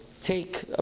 take